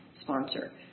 sponsor